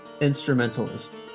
instrumentalist